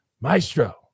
Maestro